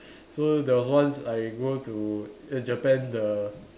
so there was once I go to Japan the